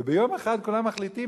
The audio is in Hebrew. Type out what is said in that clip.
וביום אחד כולם מחליטים,